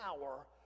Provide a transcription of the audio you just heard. power